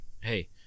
hey